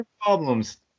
problems